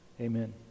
Amen